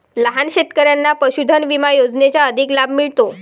लहान शेतकऱ्यांना पशुधन विमा योजनेचा अधिक लाभ मिळतो